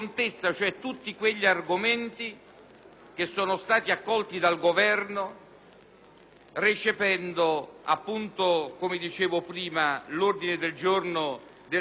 che sono stati accolti dal Governo recependo appunto, come dicevo prima, l'ordine del giorno presentato dal senatore Ramponi.